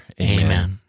Amen